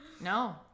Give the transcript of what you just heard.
no